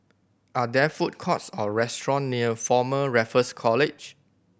are there food courts or restaurant near Former Raffles College